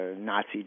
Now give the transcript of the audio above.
Nazi